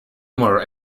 more